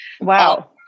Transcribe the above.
Wow